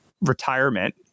retirement